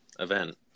event